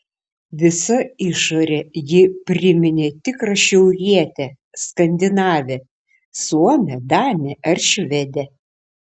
visa išore ji priminė tikrą šiaurietę skandinavę suomę danę ar švedę